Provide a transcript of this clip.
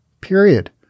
period